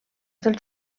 del